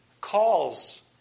calls